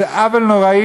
זה עוול נורא,